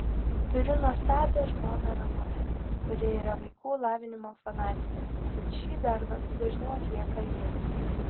turiu nuostabią žmoną ramunę kuri yra vaikų lavinimo fanatikė tad šį darbą dažniau atlieka ji